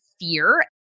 fear